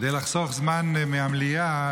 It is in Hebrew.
כדי לחסוך זמן מהמליאה,